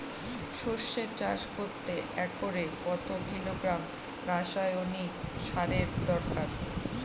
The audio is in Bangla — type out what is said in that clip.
সরষে চাষ করতে একরে কত কিলোগ্রাম রাসায়নি সারের দরকার?